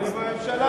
אני בממשלה.